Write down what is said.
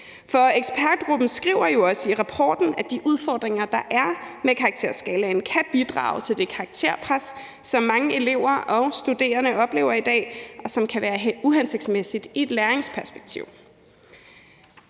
for ekspertgruppen skriver jo også i rapporten, at de udfordringer, der er med karakterskalaen, kan bidrage til det karakterpres, som mange elever og studerende oplever i dag, og som kan være uhensigtsmæssigt i et læringsperspektiv.